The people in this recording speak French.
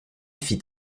fit